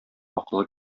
акылы